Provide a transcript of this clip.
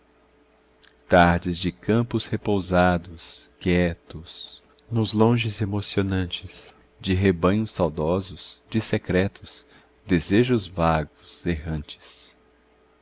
tardes de campos repousados quietos nos longes emocionantes de rebanhos saudosos de secretos desejos vagos errantes